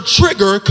trigger